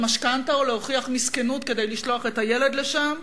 משכנתה או להוכיח מסכנות כדי לשלוח את הילד אליהם,